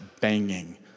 banging